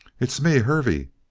it's me. hervey.